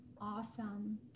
Awesome